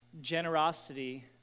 Generosity